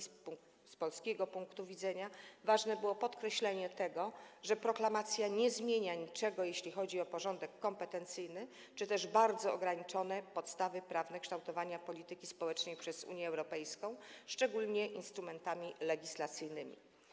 Z polskiego punktu widzenia ważne było podkreślenie tego, że proklamacja nie zmienia niczego, jeśli chodzi o porządek kompetencyjny czy też bardzo ograniczone podstawy prawne kształtowania polityki społecznej przez Unię Europejską, szczególnie instrumentami legislacyjnymi.